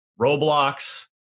Roblox